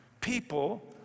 people